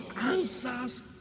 answers